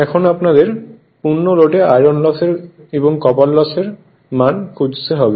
এখন আপনাদের পূর্ণ লোডে আয়রন লস এবং কপার লস খুঁজতে হবে